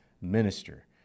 minister